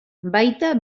baita